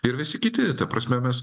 ir visi kiti ta prasme mes